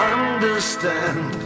Understand